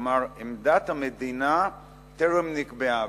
כלומר עמדת המדינה טרם נקבעה.